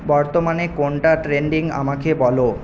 বর্তমানে কোনটা ট্রেন্ডিং আমাকে বলো